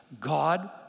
God